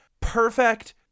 perfect